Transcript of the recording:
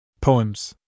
Poems